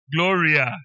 Gloria